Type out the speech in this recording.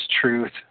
truth